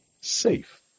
safe